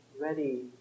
ready